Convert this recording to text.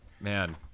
Man